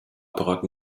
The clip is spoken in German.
apparat